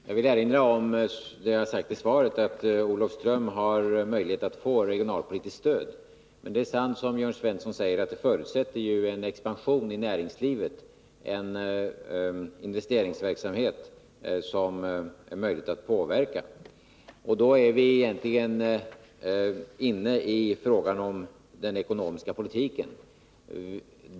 Fru talman! Jag vill erinra om vad jag sagt i mitt svar, nämligen att Olofström har möjlighet att få regionalpolitiskt stöd. Men det är också riktigt, som Jörn Svensson säger, att detta förutsätter en expansion av näringslivet, en investeringsverksamhet, som det är möjligt att påverka. Då är vi egentligen inne på frågan om den ekonomiska politiken.